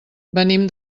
venim